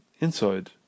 inside